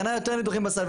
קנה יותר ניתוחים בסל.